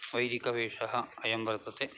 वैदिकवेषः अयं वर्तते